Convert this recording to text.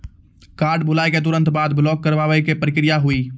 Card भुलाए के तुरंत बाद ब्लॉक करवाए के का प्रक्रिया हुई?